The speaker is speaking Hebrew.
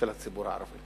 של הציבור הערבי.